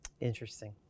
Interesting